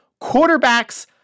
Quarterbacks